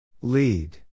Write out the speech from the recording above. Lead